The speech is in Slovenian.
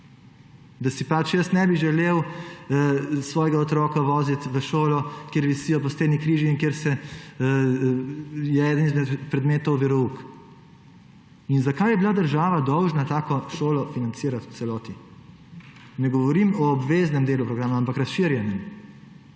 Jaz si ne bi želel svojega otroka voziti v šolo, kjer visijo po steni križi in kjer je eden izmed premetov verouk. In zakaj bi bila država dolžna tako šolo financirati v celoti? Ne govorim o obveznem delu programa, ampak razširjenem.